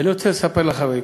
ואני רוצה לספר לחברים,